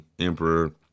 emperor